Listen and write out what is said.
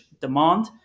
demand